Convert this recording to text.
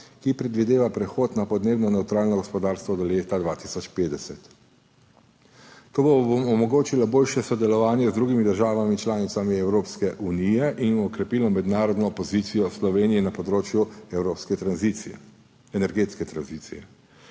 ki predvideva prehod na podnebno nevtralno gospodarstvo do leta 2050. To bo omogočilo boljše sodelovanje z drugimi državami članicami Evropske unije in okrepilo mednarodno pozicijo Slovenije na področju evropske energetske tranzicije.